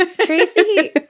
Tracy